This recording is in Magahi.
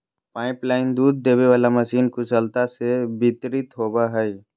पाइपलाइन दूध देबे वाला मशीन कुशलता से वितरित होबो हइ